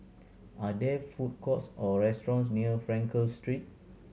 are there food courts or restaurants near Frankel Street